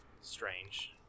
strange